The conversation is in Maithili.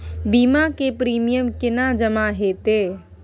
बीमा के प्रीमियम केना जमा हेते?